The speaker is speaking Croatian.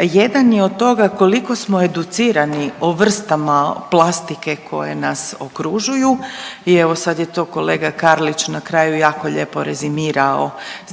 jedan je od toga koliko smo educirani o vrstama plastike koje nas okružuju i evo, sad je to kolega Karlić na kraju jako lijepo rezimirao onih